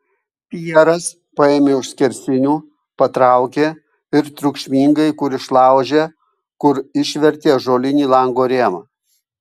pjeras paėmė už skersinių patraukė ir triukšmingai kur išlaužė kur išvertė ąžuolinį lango rėmą